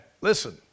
listen